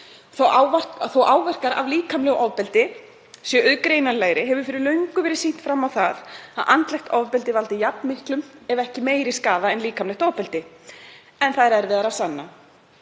Þótt áverkar af líkamlegu ofbeldi séu greinanlegri hefur fyrir löngu verið sýnt fram á það að andlegt ofbeldi veldur jafn miklum ef ekki meiri skaða en líkamlegt ofbeldi, en það er erfiðara að sanna